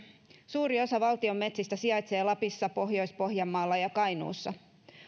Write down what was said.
suuri osa valtion metsistä sijaitsee lapissa pohjois pohjanmaalla ja kainuussa